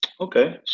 Okay